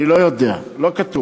אני לא יודע, לא כתוב,